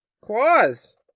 Claws